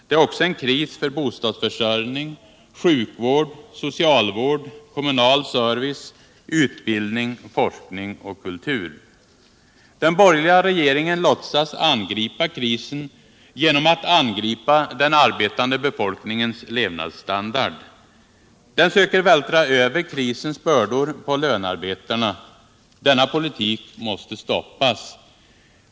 Det är också en kris för bostadsförsörjning, sjukvård, socialvård, kommunal service, utbildning, forskning och kultur. Den borgerliga regeringen låtsas angripa krisen genom att angripa den arbetande befolkningens levnadsstandard. Den söker vältra över krisens bördor på lönarbetarna. Denna politik måste stoppas.